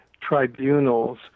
Tribunals